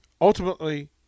ultimately